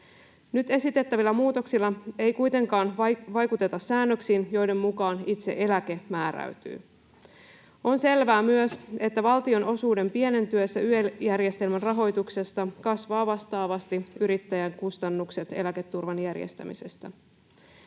Nyt esitettävillä muutoksilla ei kuitenkaan vaikuteta säännöksiin, joiden mukaan itse eläke määräytyy. On selvää myös, että valtion osuuden YEL-järjestelmän rahoituksesta pienentyessä vastaavasti yrittäjän kustannukset eläketurvan järjestämisestä